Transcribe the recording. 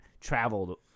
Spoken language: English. traveled